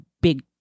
big